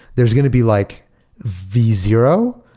there's going to be like v zero,